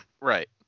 Right